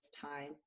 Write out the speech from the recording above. time